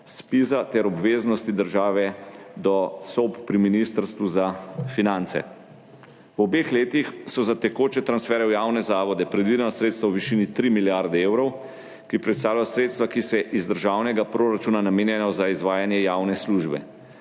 ZPIZ ter obveznosti države do SOP pri Ministrstvu za finance. V obeh letih so za tekoče transferje v javne zavode predvidena sredstva v višini 3 milijarde evrov, ki predstavljajo sredstva, ki se iz državnega proračuna namenjajo za izvajanje javnih služb.